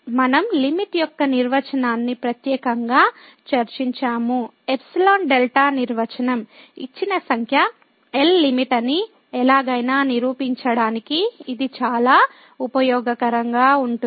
మనం లిమిట్ యొక్క నిర్వచనాన్ని ప్రత్యేకంగా చర్చించాము ϵδ నిర్వచనం ఇచ్చిన సంఖ్య L లిమిట్ అని ఎలాగైనా నిరూపించడానికి ఇది చాలా ఉపయోగకరంగా ఉంటుంది